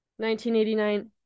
1989